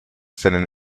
seinen